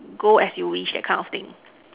go as you wish that kind of thing